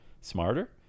smarter